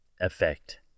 effect